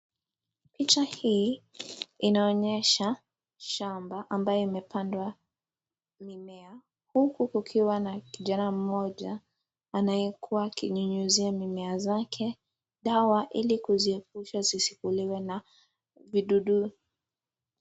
Picha hii inaonyesha shamba ambayo imepandwa mimea huku kukiwa na kijana mmoja anayekuwa akinyunyuzia mimea zake dawa ili kuziepusha zisikuliwe na vidudu.